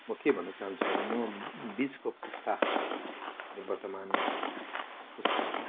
म के भन्न चाहान्छु भने म बिचको पुस्ता यो वर्तमान पुस्ता भनौँ